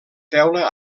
teula